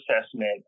assessment